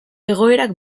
egoerak